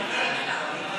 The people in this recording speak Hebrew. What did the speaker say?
לא נתקבלה.